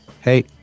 Hey